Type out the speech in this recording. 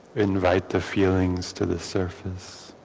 invite the feelings to the surface